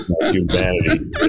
humanity